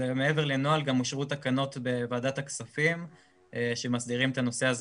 מעבר לנוהל גם אושרו תקנות בוועדת הכספים שמסדירות את הנושא הזה